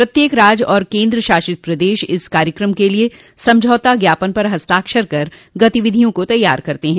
प्रत्येक राज्य और केन्द्र शासित प्रदेश इस कायक्रम के लिए समझौता ज्ञापन पर हस्ताक्षर कर गतिविधियों को तैयार करते हैं